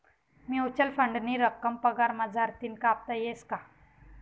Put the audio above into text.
Mutual फंडनी रक्कम पगार मझारतीन कापता येस का?